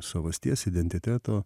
savasties identiteto